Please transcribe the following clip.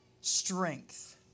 strength